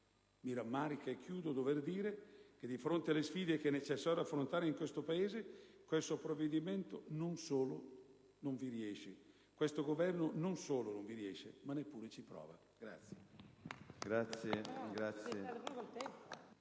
mi rammarico di dover dire che di fronte alle sfide che è necessario affrontare in questo Paese, il Governo non solo non vi riesce, ma neppure ci prova.